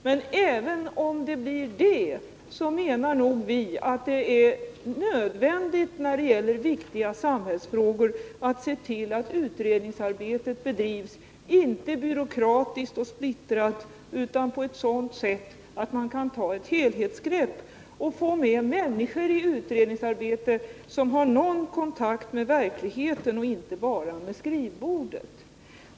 Men även om det blir det menar vi att det är nödvändigt när det gäller viktiga samhällsfrågor att se till att utredningsarbetet bedrivs inte byråkratiskt och splittrat utan på ett sådant sätt att man kan ta ett helhetsgrepp och få med människor i utredningsarbetet som har någon kontakt med verkligheten och inte bara med skrivbordet.